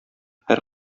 һәр